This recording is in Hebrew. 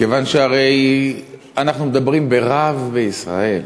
כיוון שהרי אנחנו מדברים ברב בישראל,